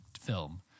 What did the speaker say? film